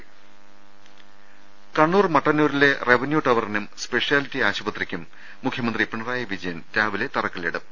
രുട്ടിട്ട്ട്ട്ട്ട്ട്ട കണ്ണൂർ മട്ടന്നൂരിലെ റവന്യൂ ടവറിനും സ്പെഷ്യാലിറ്റി ആശുപത്രിക്കും മുഖ്യമന്ത്രി പിണറായി വിജയൻ രാവിലെ തറക്കല്ലിടും